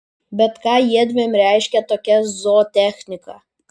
bet ką jiedviem reiškia tokia zootechnika